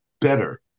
better